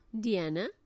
diana